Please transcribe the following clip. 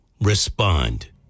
respond